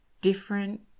different